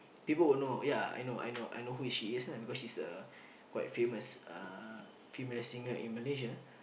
people will know yeah I know I know I know who is she is ah because she's a quite famous uh female singer in Malaysia